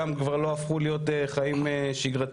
גם כבר לא הפכו להיות חיים שגרתיים,